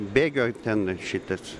bėgio ten šitas